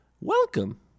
welcome